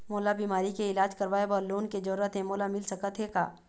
मोला बीमारी के इलाज करवाए बर लोन के जरूरत हे मोला मिल सकत हे का?